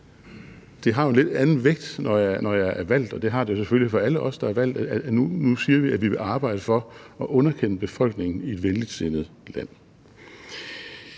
Det har jo en lidt anden vægt, når jeg er valgt – og det har det selvfølgelig for alle os, der er valgt – hvis vi siger nu, at vi vil arbejde for at underkende befolkningen i et venligsindet land.